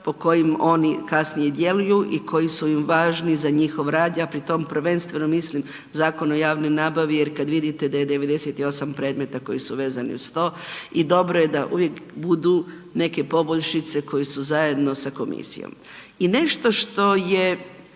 po kojim oni kasnije djeluju i koji su im važni za njihov rad, ja pri tom prvenstveno mislim Zakon o javnoj nabavi jer kad vidite da je 98 predmeta koji su vezani uz to i dobro je da uvijek budu neke poboljšice koje su zajedno sa komisijom. I nešto što je